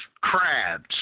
crabs